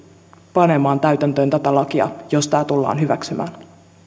panemaan täytäntöön tätä lakia jos tämä tullaan hyväksymään